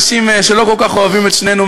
חבר הכנסת איל בן ראובן,